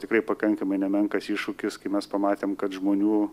tikrai pakankamai nemenkas iššūkis kai mes pamatėm kad žmonių